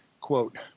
quote